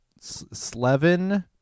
Slevin